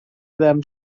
them